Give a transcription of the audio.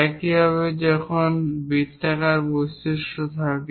একইভাবে যখনই বৃত্তাকার বৈশিষ্ট্য থাকে